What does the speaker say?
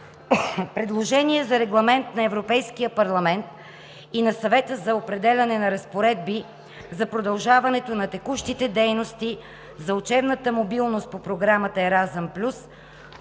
предложение за Регламент на Европейския парламент и на Съвета за определяне на разпоредби за продължаването на текущите дейности за учебна мобилност по програмата „Еразъм +“